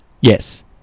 yes